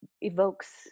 evokes